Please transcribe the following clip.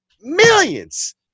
millions